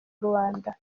rwanda